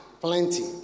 plenty